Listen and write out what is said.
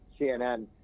CNN